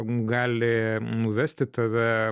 gali nuvesti tave